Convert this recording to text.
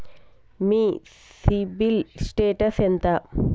మీ CIBIL status ఎంత?